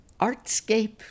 Artscape